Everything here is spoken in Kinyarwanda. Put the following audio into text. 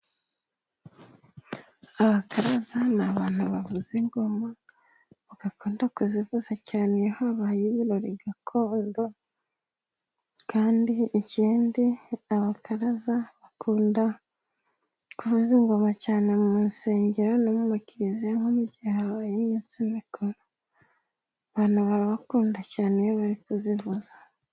Abakaraza ni abantu bavuza ingoma, bagakanda kuzivuza cyane iyo habaye ibirori gakondo, kandi ikindi abakaraza bakunda kuvuza ingoma cyane mu nsengero no mu kiliziya, nko mu gihe habaye iminsi mikuru, abantu barabakunda cyane iyo bari kuzivuza.